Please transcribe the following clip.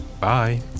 Bye